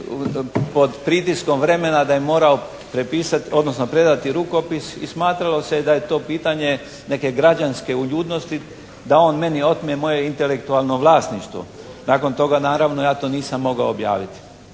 pod pritiskom vremena da je morao prepisati, odnosno predati rukopis i smatralo se da je to pitanje neke građanske uljudnosti da on meni otme moje intelektualno vlasništvo. Nakon toga naravno ja to nisam mogao objaviti.